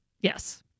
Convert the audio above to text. Yes